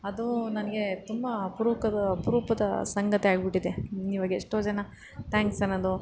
ಅದು ನನಗೆ ತುಂಬ ಅಪರೂಪದ ಅಪರೂಪದ ಸಂಗತಿ ಆಗಿಬಿಟ್ಟಿದೆ ಇವಾಗೆಷ್ಟೋ ಜನ ತ್ಯಾಂಕ್ಸ್ ಅನ್ನೋದು